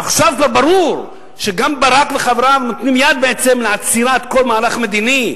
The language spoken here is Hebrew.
עכשיו כבר ברור שגם ברק וחבריו נותנים יד בעצם לעצירת כל מהלך מדיני,